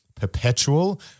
Perpetual